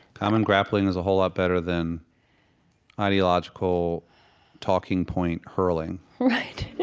common grappling is a whole lot better than ideological talking point hurling right